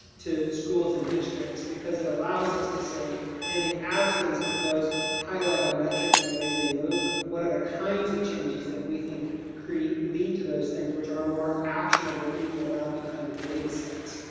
to schools and districts, because it allows us to say in and the absence of those high level metrics and the ways they move what are the kinds of changes that we think create lead to those things? which are more actionable even without the kind of data sets.